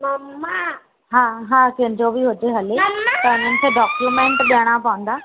हा हा कंहिंजो बि हुजे हले तव्हांखे डाक्यूमेंट ॾियणा पवंदा